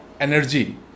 Energy